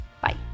Bye